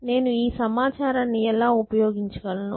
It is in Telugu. నేను ఈ సమాచారాన్ని ఎలా ఉపయోగించుకో గలను